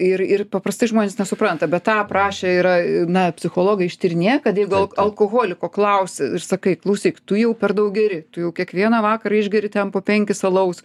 ir ir paprastai žmonės nesupranta bet tą aprašę yra na psichologai ištyrinėję kad jeigu alk alkoholiko klausi sakai klausyk tu jau per daug geri tu jau kiekvieną vakarą išgeri ten po penkis alaus